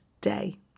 day